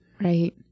Right